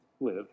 live